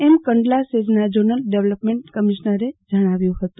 એમ કંડલા સેઝના zonal development કમિશ્નરે જણાવ્યુ હતું